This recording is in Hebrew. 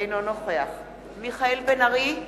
אינו נוכח מיכאל בן-ארי,